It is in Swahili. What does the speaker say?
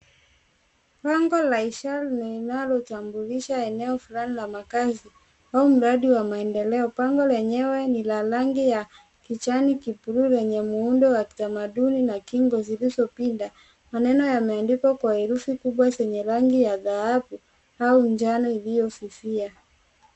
Bango la ishara linalotambulisha eneo fulani la makazi au mradi wa maendeleo. Bango lenyewe ni la rangi ya kijani bluu lenye muundo wa kithamaduni na kingo zilizopinda, maneno yameandikwa kwa herufi kubwa zenye rangi ya dhahabu au njano iliofifia.